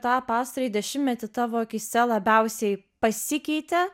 tą pastarąjį dešimtmetį tavo akyse labiausiai pasikeitė